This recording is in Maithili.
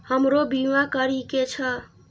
हमरो बीमा करीके छः?